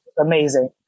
amazing